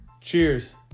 Cheers